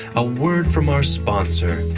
a word from our sponsor